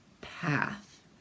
path